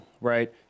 right